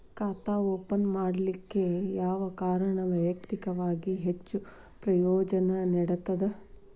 ಖಾತಾ ಓಪನ್ ಮಾಡಲಿಕ್ಕೆ ಯಾವ ಕಾರಣ ವೈಯಕ್ತಿಕವಾಗಿ ಹೆಚ್ಚು ಪ್ರಯೋಜನ ನೇಡತದ?